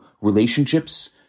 relationships